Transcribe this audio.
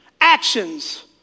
actions